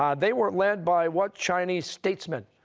um they were led by what chinese statesman?